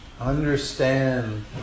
understand